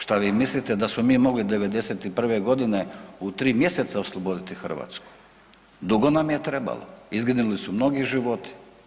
Šta vi mislite da smo mi mogli '91.g. u 3 mjeseca osloboditi Hrvatsku, dugo nam je trebalo, izginuli su mnogi životi.